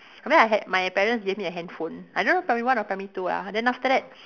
I mean I had my parents gave me a handphone I don't know primary one or primary two lah then after that